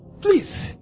please